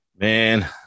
Man